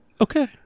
Okay